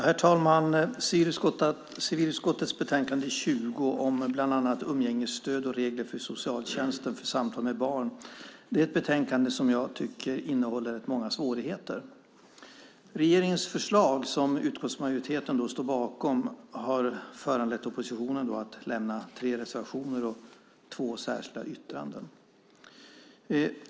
Herr talman! Civilutskottets betänkande 20 om bland annat umgängesstöd och regler för socialtjänsten för samtal med barn är ett betänkande som jag tycker innehåller många svårigheter. Regeringens förslag, som utskottsmajoriteten står bakom, har föranlett oppositionen att lämna tre reservationer och två särskilda yttranden.